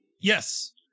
Yes